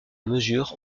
mesure